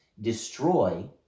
destroy